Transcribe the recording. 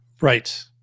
Right